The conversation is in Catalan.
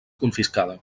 confiscada